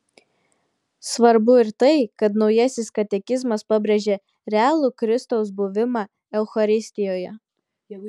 svarbu ir tai kad naujasis katekizmas pabrėžia realų kristaus buvimą eucharistijoje